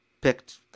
picked